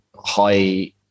high